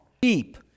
deep